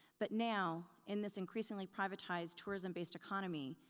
but now in this increasingly privatized, tourism-based economy,